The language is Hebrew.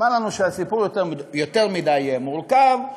נאמר לנו שהסיפור יותר מדי מורכב,